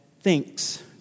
thinks